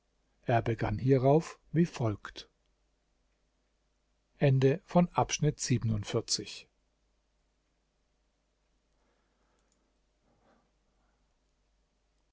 er begann hierauf wie folgt